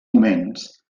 moments